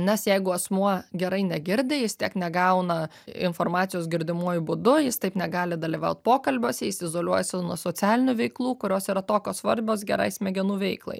nes jeigu asmuo gerai negirdi jis tiek negauna informacijos girdimuoju būdu jis taip negali dalyvaut pokalbiuose jis izoliuojasi nuo socialinių veiklų kurios yra tokios svarbios gerai smegenų veiklai